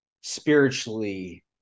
spiritually